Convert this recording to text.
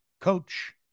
Coach